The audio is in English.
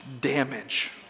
damage